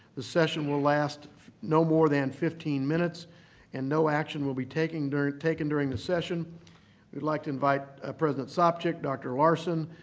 the session will last no more than fifteen minutes and no action will be taken during taken during the session. we would like to invite president sopcich, dr. larson,